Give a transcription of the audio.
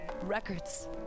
records